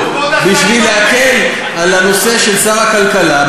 כדי להקל עם הנושא של שר הכלכלה.